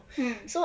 mm